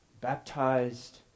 baptized